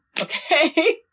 Okay